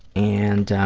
and